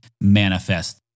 manifest